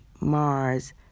Mars